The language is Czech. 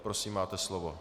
Prosím, máte slovo.